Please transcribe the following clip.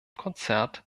konzert